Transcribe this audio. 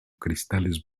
cristales